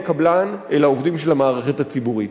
קבלן אלא עובדים של המערכת הציבורית.